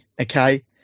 okay